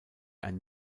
ein